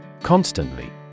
Constantly